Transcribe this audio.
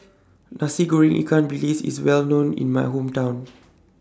Nasi Goreng Ikan Bilis IS Well known in My Hometown